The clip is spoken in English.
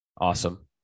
Awesome